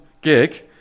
gig